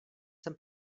jsem